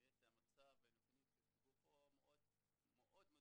מבין את המצב והנתונים שהוצגו פה מאוד מדאיגים.